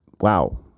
wow